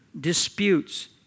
disputes